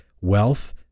wealth